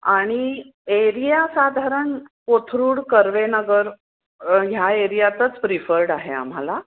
आणि एरिया साधारण कोथरूड कर्वेनगर ह्या एरियातच प्रिफर्ड आहे आम्हाला